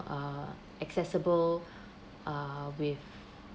uh accessible ah with